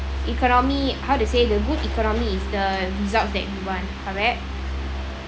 economy how to say the good economy is the result that you want correct